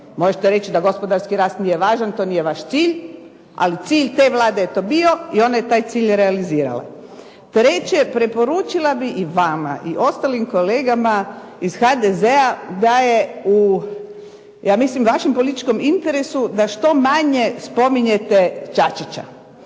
Možete reći da gospodarski rast nije važan, to nije vaš cilj, ali cilj te vlade je to bio i ona je taj cilj realizirala. Treće, preporučila bih i vama i ostalim kolegama iz HDZ-a da je ja mislim u vašem političkom interesu da što manje spominjete Čačića.